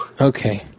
Okay